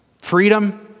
freedom